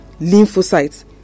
lymphocytes